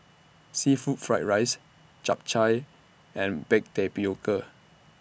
Seafood Fried Rice Chap Chai and Baked Tapioca